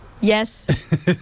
Yes